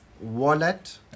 wallet